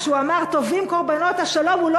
כשהוא אמר "טובים קורבנות השלום" הוא לא